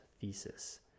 thesis